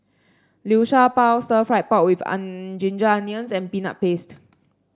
Liu Sha Bao stir fry pork with Ginger Onions and Peanut Paste